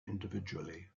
individually